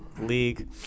league